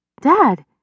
Dad